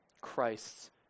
Christ's